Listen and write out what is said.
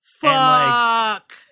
Fuck